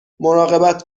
مراقبت